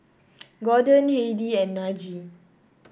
Gorden Heidi and Najee